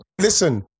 Listen